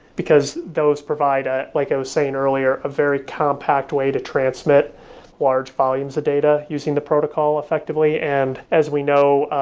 because those provide, ah like i was saying earlier, a very compact way to transmit large volumes of data using the protocol effectively. and as we know,